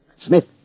Smith